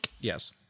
Yes